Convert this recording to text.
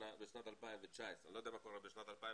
בשנת 2019, אני לא יודע מה קורה בשנת 2020,